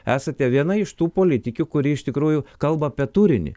esate viena iš tų politikių kuri iš tikrųjų kalba apie turinį